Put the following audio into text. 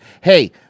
Hey